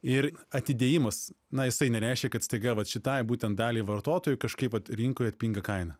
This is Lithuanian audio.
ir atidėjimas na ir tai nereiškia kad staiga vat šitai būtent daliai vartotojų kažkaip vat rinkoje atpinga kaina